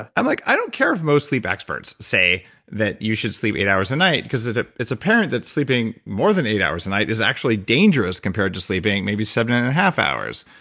i'm like i don't care if most sleep experts say that you should sleep eight hours a night because ah it's apparent that sleeping more than eight hours a night is actually dangerous compared to sleeping maybe seven and a half hours,